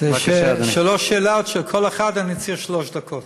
אלה שלוש שאלות שעל כל אחת אני צריך שלוש דקות.